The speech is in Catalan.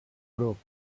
grup